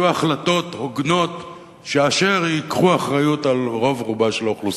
יהיו החלטות הוגנות שייקחו אחריות על רוב רובה של האוכלוסייה.